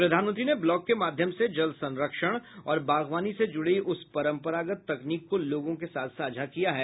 प्रधानमंत्री ने ब्लॉग के माध्यम से जल संरक्षण और बागवानी से जुड़ी उस परंपरागत तकनीक को लोगों के साथ साझा किया है